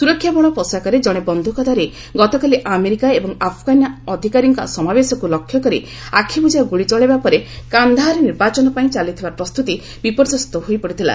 ସୁରକ୍ଷାବଳ ପୋଷାକରେ ଜଣେ ବନ୍ଧୁକଧାରୀ ଗତକାଲି ଆମେରିକା ଏବଂ ଆଫଗାନ ଅଧିକାରୀଙ୍କ ସମାବେଶକୁ ଲକ୍ଷ୍ୟ କରି ଆଖିବୁଜା ଗୁଳି ଚଳାଇବା ପରେ କାନ୍ଦାହାର ନିର୍ବାଚନ ପାଇଁ ଚାଲିଥିବା ପ୍ରସ୍ତୁତି ବିପର୍ଯ୍ୟସ୍ତ ହୋଇପଡ଼ିଥିଲା